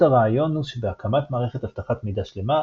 הרעיון הוא שבהקמת מערכת אבטחת מידע שלמה,